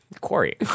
Quarry